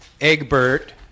Egbert